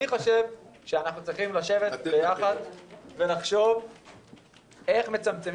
אני חושב שאנחנו צריכים לשבת ביחד ולחשוב איך לצמצם